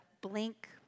blink